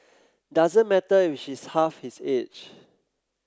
doesn't matter if she's half his age